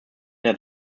der